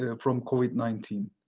ah from covid nineteen.